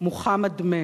"מוחמד מת",